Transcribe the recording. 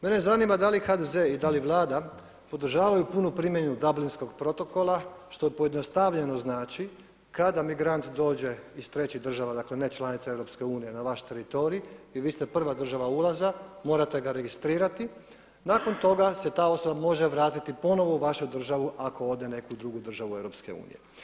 Mene zanima da li HDZ i da li Vlada podražavaju puno primjenu Dublinskog protokola što pojednostavljeno znači kada migrant dođe iz trećih država, dakle ne članica EU na vaš teritorij i vi ste prva država ulaza morate ga registrirati, nakon toga se ta osoba može vratiti ponovno u vašu državu ako ode u neku drugu državu EU.